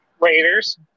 Raiders